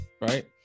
right